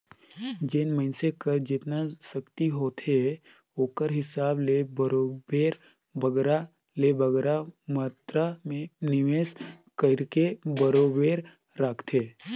जेन मइनसे कर जेतना सक्ति होथे ओकर हिसाब ले बरोबेर बगरा ले बगरा मातरा में निवेस कइरके बरोबेर राखथे